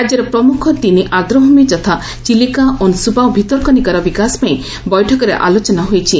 ରାକ୍ୟର ପ୍ରମୁଖ ତିନି ଆଦ୍ରଭ୍ମି ଯଥା ଚିଲିକା ଅଂଶୁପା ଓ ଭିତରକନିକାର ବିକାଶ ପାଇଁ ବୈଠକରେ ଆଲୋଚନା ହୋଇଛି